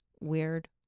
weird